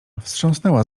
wstrząsnęła